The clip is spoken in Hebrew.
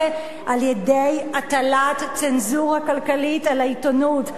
על-ידי הטלת צנזורה כלכלית על העיתונות.